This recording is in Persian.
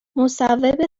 مصوب